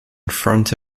front